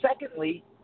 Secondly